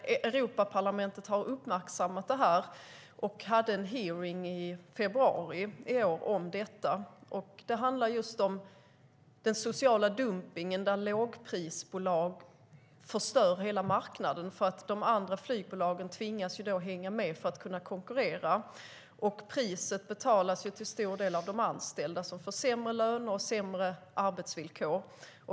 Europaparlamentet har uppmärksammat det och hade en hearing i februari i år om detta. Det handlade just om den sociala dumpningen där lågprisbolag förstör hela marknaden eftersom de andra flygbolagen tvingas hänga med för att konkurrera. Priset betalas till stor del av de anställda som får sämre löner och sämre arbetsvillkor.